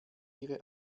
ihre